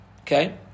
okay